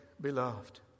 beloved